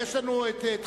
יש לנו תחילתו,